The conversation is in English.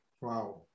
Wow